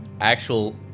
actual